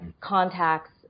contacts